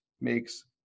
makes